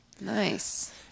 Nice